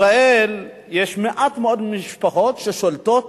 מעט מאוד משפחות שולטות